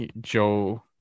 Joe